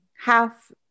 half